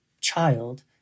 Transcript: child